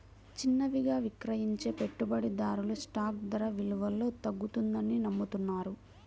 చిన్నవిగా విక్రయించే పెట్టుబడిదారులు స్టాక్ ధర విలువలో తగ్గుతుందని నమ్ముతారు